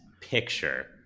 picture